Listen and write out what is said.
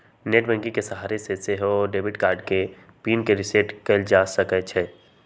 net banking के सहारे से सेहो डेबिट कार्ड के पिन के रिसेट कएल जा सकै छइ